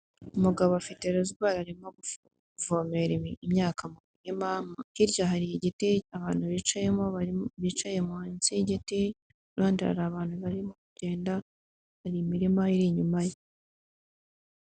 Umugabo afite rozwari arimo kuvomera imyaka, hirya hari igiti abantu bicayemo, bicaye munsi y'igiti ku ruhande hari abantu barimo kugenda, hari imirima iri inyuma ye.